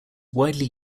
widely